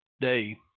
day